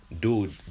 dude